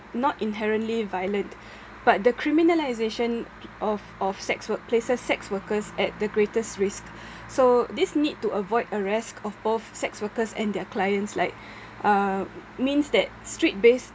not inherently violent but the criminalisation of of sex work places sex workers at the greatest risk so this need to avoid arrest of both sex workers and their clients like uh means that street based